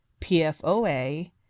PFOA